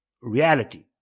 reality